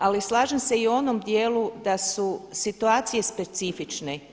Ali slažem se i u onom dijelu da su situacije specifične.